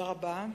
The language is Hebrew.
תודה רבה.